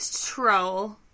troll